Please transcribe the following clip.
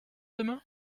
demain